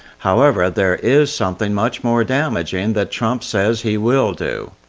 however, there is something much more damaging that trump says he will do.